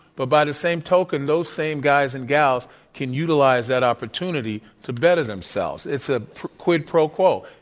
but by the same token those same guys and gals can utilize that opportunity to better themselves. it's a quid pro quo